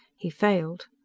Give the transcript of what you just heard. he failed.